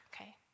okay